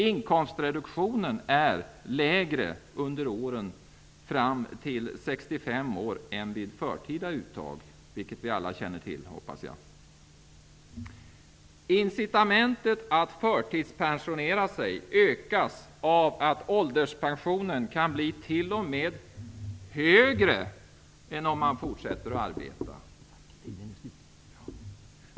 Inkomstreduktionen är lägre under åren fram till 65 år än vid förtida uttag, vilket vi alla känner till, hoppas jag. Incitamentet att förtidspensionera sig ökas av att ålderspensionen t.o.m. kan bli högre än om man fortsätter att arbeta.